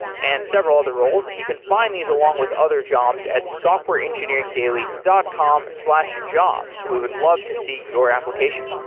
and several other roles, and you can find these along with other jobs at softwareengineeringdaily dot com slash jobs. we would love to see your application.